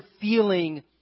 feeling